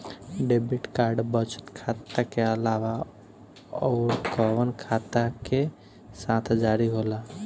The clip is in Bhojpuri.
डेबिट कार्ड बचत खाता के अलावा अउरकवन खाता के साथ जारी होला?